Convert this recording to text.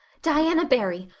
diana barry,